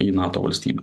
į nato valstybę